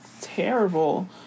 terrible